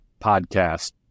podcast